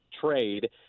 trade